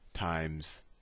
times